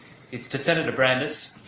it's to senator brandis,